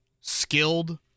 skilled